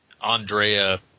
andrea